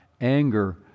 anger